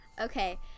Okay